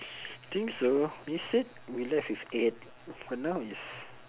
think so we said we left with eight but now is